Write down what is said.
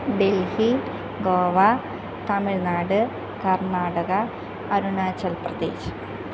Delhi Goa Tamil Nadu Karnataka Arunachal Pradesh